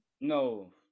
no